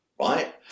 right